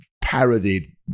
parodied